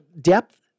depth